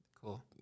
cool